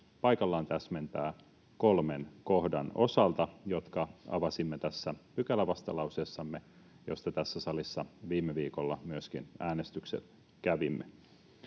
paikallaan täsmentää kolmen kohdan osalta, jotka avasimme tässä pykälävastalauseessamme, josta tässä salissa viime viikolla myöskin äänestykset kävimme.